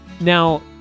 Now